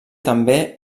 també